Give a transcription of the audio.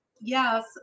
yes